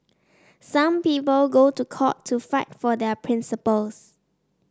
some people go to court to fight for their principles